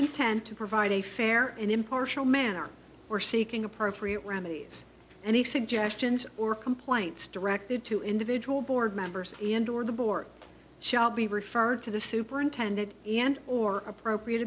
intent to provide a fair and impartial manner were seeking appropriate remedies and he suggestions or complaints directed to individual board members and or the board shall be referred to the superintendent and or appropriate